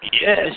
Yes